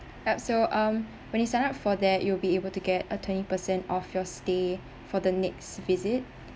yup so um when you sign up for that you will be able to get a twenty percent off your stay for the next visit